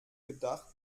gedacht